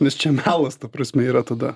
nes čia melas ta prasme yra tada